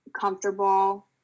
comfortable